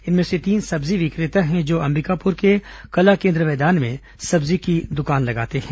इनमें से तीन सब्जी विक्रेता हैं जो अंबिकापुर के कला केन्द्र मैदान में सब्जी की दुकान लगाते हैं